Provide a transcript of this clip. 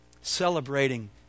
celebrating